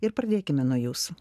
ir pradėkime nuo jūsų